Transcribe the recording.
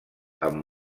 amb